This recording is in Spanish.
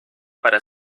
para